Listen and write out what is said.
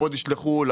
הקופות ישלחו.